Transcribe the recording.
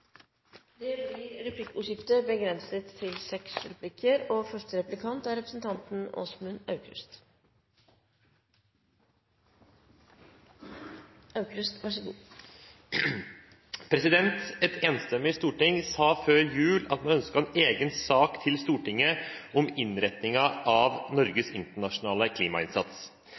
Det blir replikkordskifte. Et enstemmig storting sa før jul at man ønsket en egen sak til Stortinget om innretningen av Norges internasjonale klimainnsats.